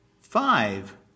Five